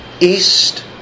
East